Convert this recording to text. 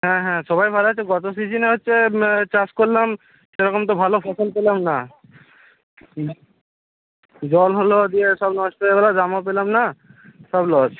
হ্যাঁ হ্যাঁ সবাই ভালো আছে গত সিজনে হচ্ছে চাষ করলাম সেরকম তো ভালো ফসল পেলাম না জল হল দিয়ে সব নষ্ট হয়ে গেল দামও পেলাম না সব লস